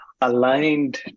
aligned